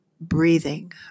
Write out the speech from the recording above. breathing